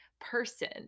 person